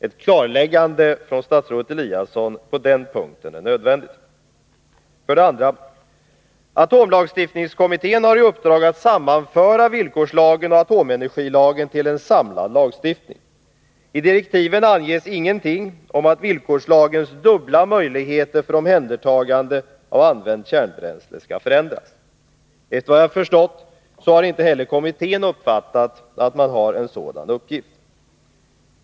Ett klarläggande från statsrådet Eliasson på den punkten är nödvändigt. 2. Atomlagstiftningskommittén har i uppdrag att sammanföra villkorslagen och atomenergilagen till en samlad lagstiftning. I direktiven anges ingenting om att villkorslagens dubbla möjligheter för omhändertagande av använt kärnbränsle skall förändras. Efter vad jag har förstått har inte heller kommittén uppfattat att man har en sådan uppgift.